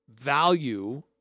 value